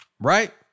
Right